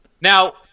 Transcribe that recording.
Now